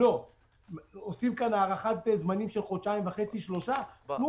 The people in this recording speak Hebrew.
עושים פה הארכת מועדים של חודשיים-שלושה תנו